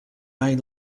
main